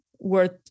worth